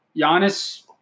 Giannis